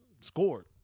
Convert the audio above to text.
scored